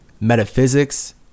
metaphysics